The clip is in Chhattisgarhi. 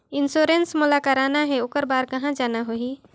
इंश्योरेंस मोला कराना हे ओकर बार कहा जाना होही?